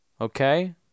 Okay